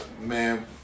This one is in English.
man